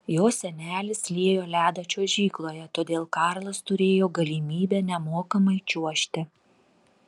jo senelis liejo ledą čiuožykloje todėl karlas turėjo galimybę nemokamai čiuožti